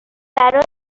برای